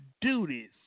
duties